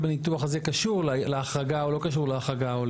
הניתוח הזה קשור להחרגה או לא קשור להחרגה.